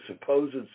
supposed